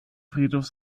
friedhof